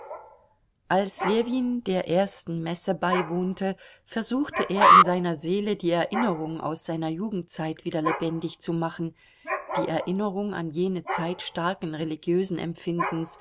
als ljewin der ersten messe beiwohnte versuchte er in seiner seele die erinnerung aus seiner jugendzeit wieder lebendig zu machen die erinnerungen an jene zeit starken religiösen empfindens